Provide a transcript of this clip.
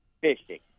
fishing